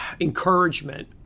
encouragement